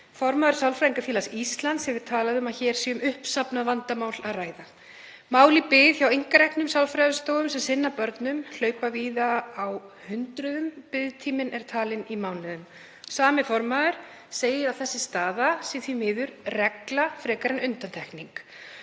Formaður Sálfræðingafélags Íslands hefur talað um að hér sé um uppsafnað vandamál að ræða. Mál í bið hjá einkareknum sálfræðistofum sem sinna börnum hlaupa víða á hundruðum, biðtíminn er talinn í mánuðum. Sami formaður segir að þessi staða sé því miður regla frekar en undantekning